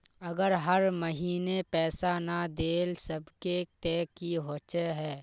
अगर हर महीने पैसा ना देल सकबे ते की होते है?